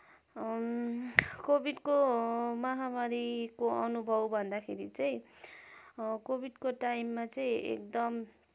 कोभिडको महामारीको अनुभव भन्दाखेरि चाहिँ कोभिडको टाइममा चाहिँ एकदम